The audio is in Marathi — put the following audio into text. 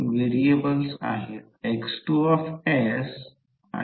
तर रिलक्टन्सचे सूत्र RA LA Aµ0µrA आहे म्हणून हे मूल्य त्याचप्रमाणे मिळेल RB LB Aµ0µrB